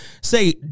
say